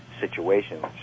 situations